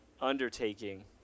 undertaking